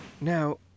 Now